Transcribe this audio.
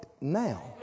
now